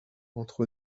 entre